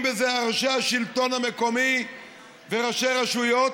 בזה ראשי השלטון המקומי וראשי הרשויות.